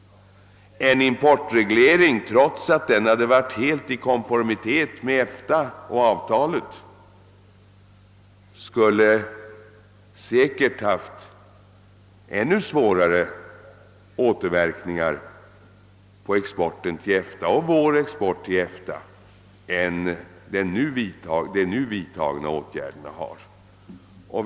En importreglering skulle — trots att den hade varit helt i konformitet med EFTA-avtalet — säkerligen ha haft ännu svårare återverkningar på exporten från EFTA än de nu vidtagna åtgärderna har.